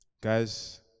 guys